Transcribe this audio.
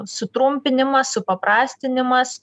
sutrumpinimas supaprastinimas